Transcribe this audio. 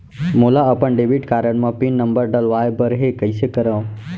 मोला अपन debit card म पिन नंबर डलवाय बर हे कइसे करव?